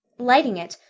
lighting it,